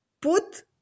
put